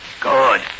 Good